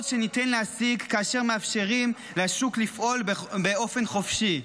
שניתן להשיג כאשר מאפשרים לשוק לפעול באופן חופשי.